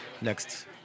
next